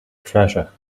treasure